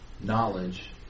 knowledge